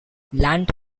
land